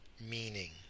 Meaning